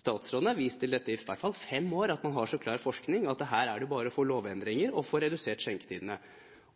Statsråden har vist til dette i hvert fall i fem år, at her har man så klar forskning at det bare er å få lovendringer og få redusert skjenketidene.